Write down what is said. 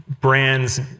brands